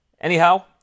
Anyhow